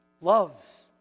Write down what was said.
loves